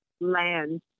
land